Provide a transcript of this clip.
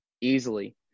easily